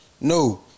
No